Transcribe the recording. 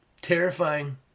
terrifying